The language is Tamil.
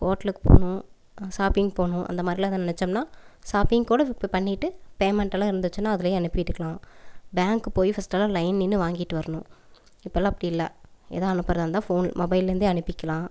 ஹோட்டலுக்கு போகணும் ஷாப்பிங் போகணும் அந்த மாத்திரலாம் எதுவும் நினச்சோம்னா ஷாப்பிங் கூட இப்போ பண்ணிட்டு பேமெண்டுலாம் இருந்துச்சுனா அதுலேயே அனுப்பிட்டுக்கலாம் பேங்கு போய் ஃபஸ்டெல்லாம் லைன் நின்று வாங்கிட்டு வரணும் இப்போலாம் அப்படி இல்லை எதுவும் அனுப்புறதாக இருந்தால் ஃபோன் மொபைல்லேருந்து அனுப்பிக்கலாம்